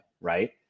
right